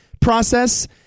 process